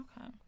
Okay